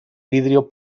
vidrio